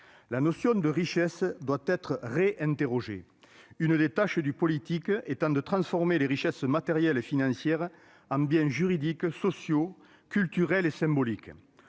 La notion de richesse doit être réinterrogée, une des tâches du politique étant de transformer les richesses matérielles et financières en biens juridiques, sociaux, culturels et symboliques.